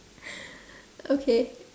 okay